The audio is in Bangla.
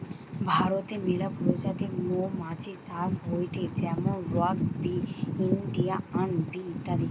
ভারতে মেলা প্রজাতির মৌমাছি চাষ হয়টে যেমন রক বি, ইন্ডিয়ান বি ইত্যাদি